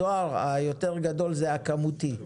הדואר היותר גדול הוא הכמותי,